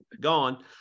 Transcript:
gone